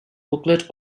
booklet